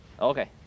Okay